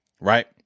Right